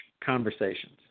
conversations